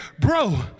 bro